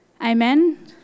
Amen